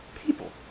people